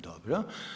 Dobro.